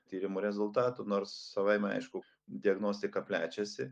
tyrimo rezultatų nors savaime aišku diagnostika plečiasi